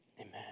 amen